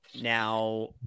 Now